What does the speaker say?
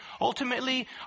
Ultimately